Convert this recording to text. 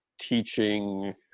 teaching